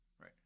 Right